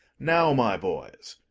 now, my boys,